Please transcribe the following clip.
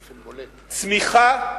צמיחה,